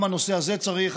גם הנושא הזה צריך,